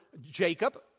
Jacob